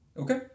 Okay